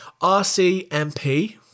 RCMP